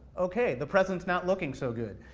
okay, the present's not looking so good.